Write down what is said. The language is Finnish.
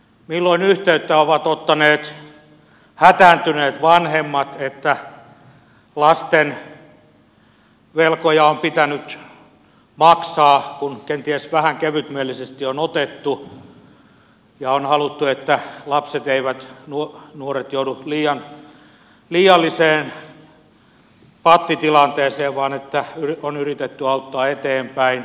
milloin yhteyttä ovat ottaneet hätääntyneet vanhemmat että lasten velkoja on pitänyt maksaa kun kenties vähän kevytmielisesti on otettu lainaa ja on haluttu että lapset nuoret eivät joudu liialliseen pattitilanteeseen vaan on yritetty auttaa eteenpäin